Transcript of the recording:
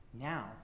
now